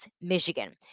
Michigan